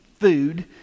food